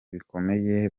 bikomeye